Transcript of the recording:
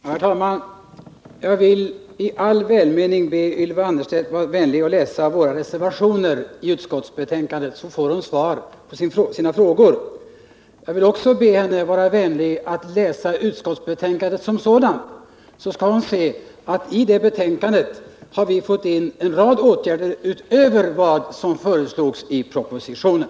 Herr talman! Jag vill i all välmening be Ylva Annerstedt läsa våra reservationer i utskotisbetänkandet. Då får hon svar på sina frågor. Jag vill också be henne vara vänlig att läsa utskottsbetänkandet som sådant, ty då skall hon se att vi i det betänkandet har fått gehör för en rad åtgärder utöver vad som föreslås i propositionen.